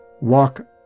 Walk